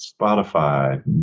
Spotify